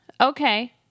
Okay